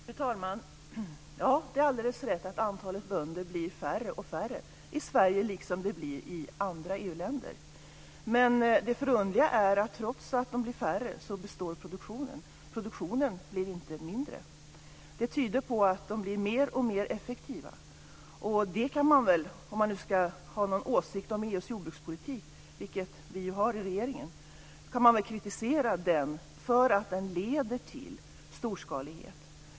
Fru talman! Det är alldeles rätt att antalet bönder blir färre och färre i Sverige, liksom i andra EU länder. Men det förunderliga är att trots att de blir färre består produktionen. Produktionen blir inte mindre. Det tyder på att de blir mer och mer effektiva. Om man nu ska ha någon åsikt om EU:s jordbrukspolitik, vilket vi i regeringen har, kan man kritisera den för att den leder till storskalighet.